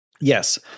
Yes